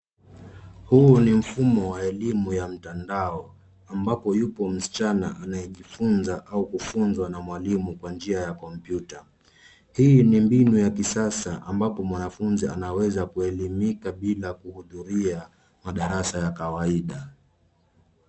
Huu ni mfumo wa elimu ya mtandao ambapo yupo msichana anayejifunza au kufunzwa na mwalimu kwa njia ya komputa. Hii ni mbinu ya kisasa ambapo mwanafunzi anaweza kuelimika bila kuhudhuria madarasa ya kawaida.